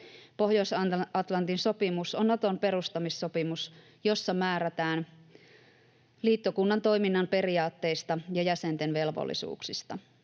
Pohjois-Atlantin sopimus on Naton perustamissopimus, jossa määrätään liittokunnan toiminnan periaatteista ja jäsenten velvollisuuksista.